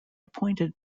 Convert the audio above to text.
appointed